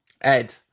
Ed